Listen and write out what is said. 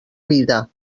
vida